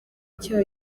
cyo